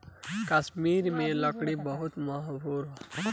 कश्मीर के लकड़ी बहुते मसहूर बा